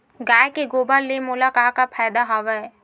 गाय के गोबर ले मोला का का फ़ायदा हवय?